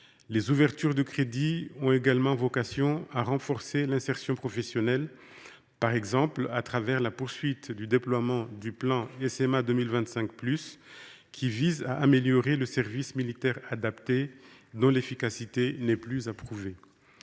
Les ouvertures de crédits ont également vocation à renforcer l’insertion professionnelle, par exemple la poursuite du déploiement du plan SMA 2025+, qui vise à améliorer le service militaire adapté, dont l’efficacité n’est plus à prouver.